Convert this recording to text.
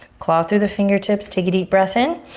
claw through the fingertips. take a deep breath in.